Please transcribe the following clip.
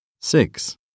Six